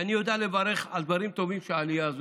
כי אני יודע לברך על דברים טובים של העלייה הזו.